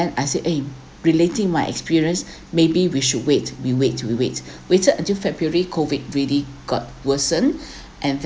then I said eh relating my experience maybe we should wait we wait we wait waited until february COVID already got worsen and